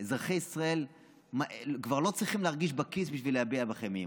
אזרחי ישראל כבר לא צריכים להרגיש בכיס בשביל להביע בכם אי-אמון.